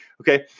Okay